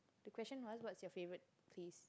the question was what's your favourite place